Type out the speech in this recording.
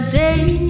day